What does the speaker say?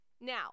Now